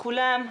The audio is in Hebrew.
בוקר טוב לכולם,